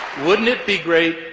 wouldn't it be great,